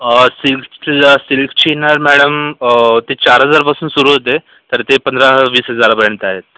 आ silk सिल्कची ना madam ते चार हजारापासून सुरु होते तर ते पंधरा वीस हजारापर्यंत आहेत